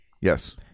Yes